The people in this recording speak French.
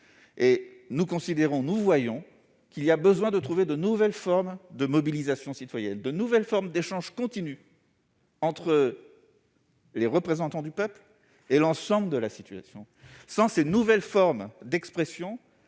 d'expression. Nous constatons ce besoin de trouver de nouvelles formes de mobilisation citoyenne, de nouvelles formes d'échanges continus entre les représentants du peuple et l'ensemble de la société. Sans ces nouveaux modes d'expression,